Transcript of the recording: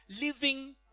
Living